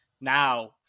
Now